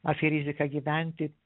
apie riziką gyventi